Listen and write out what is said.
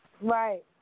Right